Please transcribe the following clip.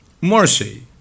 mercy